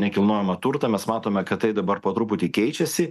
nekilnojamą turtą mes matome kad tai dabar po truputį keičiasi